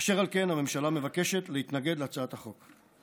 אשר על כן, הממשלה מבקשת להתנגד להצעת החוק.